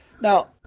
Now